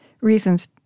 reasons –